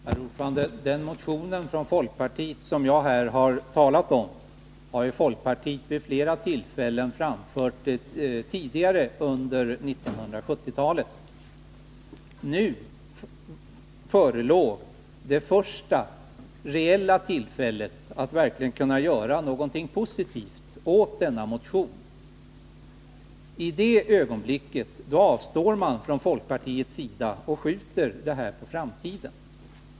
Herr talman! Den motion från folkpartiet som jag här talat om har folkpartiet tidigare under 1970-talet väckt vid flera tillfällen. Nu förelåg det första reella tillfället att verkligen kunna göra någonting positivt åt denna motion. I det ögonblicket avstår folkpartiet från att göra någonting och skjuter det hela på framtiden.